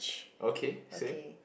okay same